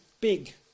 big